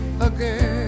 again